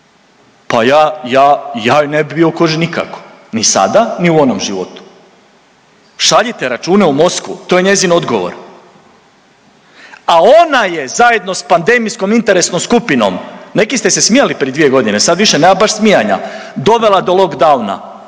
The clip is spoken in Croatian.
Pa ja, ja, ja joj ne bi bio u koži nikako, ni sada, ni u onom životu. Šaljite račune u Moskvu, to je njezin odgovor, a ona je zajedno s pandemijskom interesnom skupinom, neki ste se smijali pre 2 godine, sad više nema baš smijanja, dovela do lockdowna,